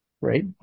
right